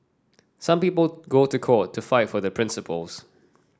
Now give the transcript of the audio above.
some people go to court to fight for their principles